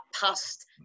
past